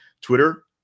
Twitter